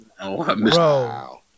Bro